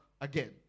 again